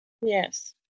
Yes